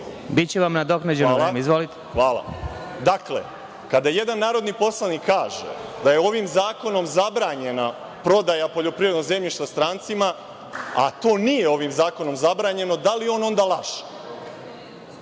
Biće vam nadoknađeno. Izvolite. **Boško Obradović** Hvala. Dakle, kada jedan narodni poslanik kaže da je ovim zakonom zabranjena prodaja poljoprivrednog zemljišta strancima, a to nije ovim zakonom zabranjeno, da li on onda laže?